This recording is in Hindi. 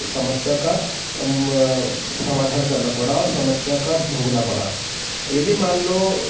समस्या का समाधान करना पड़ा और समस्या का भोगना पड़ा यदि मान लो